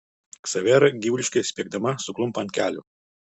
ksavera gyvuliškai spiegdama suklumpa ant kelių